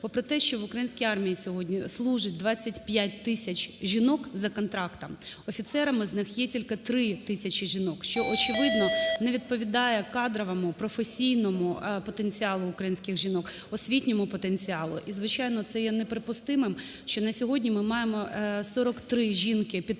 Попри те, що в українській армії сьогодні служить 25 тисяч жінок за контрактом, офіцерами з них є тільки 3 тисячі жінок, що очевидно не відповідає кадровому професійному потенціалу українських жінок, освітньому потенціалу. І, звичайно, це є неприпустимим, що на сьогодні ми маємо 43 жінки підполковника,